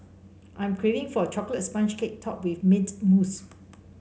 I'm craving for a chocolate sponge cake topped with mint mousse